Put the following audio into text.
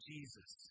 Jesus